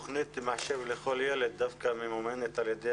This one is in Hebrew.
תוכנית מחשב לכל ילד דווקא ממומנת על ידי